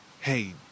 hey